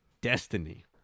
destiny